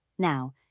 Now